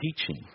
teaching